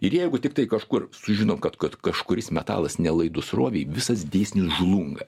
ir jeigu tiktai kažkur sužinom kad kad kažkuris metalas nelaidus srovei visas dėsnis žlunga